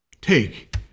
Take